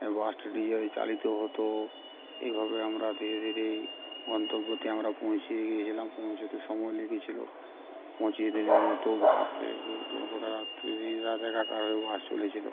বাসটা ডিজেলে চালিত হতো এইভাবে আমরা ধীরে ধীরে এই গন্তব্যতে আমরা পৌঁছিয়ে গিয়েছিলাম পৌঁছোতে সময় লেগেছিল পঁচিশ দিনের মতো বাসে রুট গোটা রাত্রি দিন রাত একাকার হয়ে বাস চলেছিলো